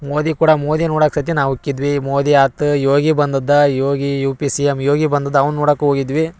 ಮೋದಿ ಕೂಡ ಮೋದಿ ನೋಡಕ್ಕೆ ಸಹಿತ ನಾವು ಹೋಕ್ಕಿದ್ವಿ ಮೋದಿ ಆತು ಯೋಗಿ ಬಂದಿದ್ದ Yogi U P C M Yogi ಬಂದಿದ್ದು ಅವ್ನ ನೋಡಾಕ್ಕು ಹೋಗಿದ್ವಿ